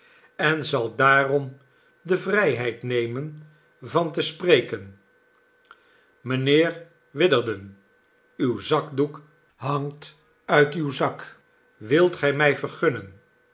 en zal daarom de vrijheid nemen van te spreken mijnheer witherden uw zakdoek hangt uit uw zak wilt gij mij vergunnen